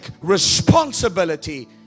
responsibility